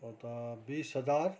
अन्त बिस हजार